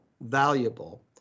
valuable